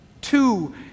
Two